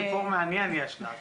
סיפור מעניין יש לה.